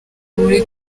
muri